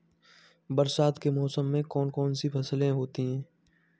बरसात के मौसम में कौन कौन सी फसलें होती हैं?